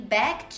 back